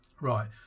Right